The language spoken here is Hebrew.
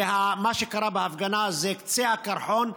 מה שקרה בהפגנה זה קצה הקרחון,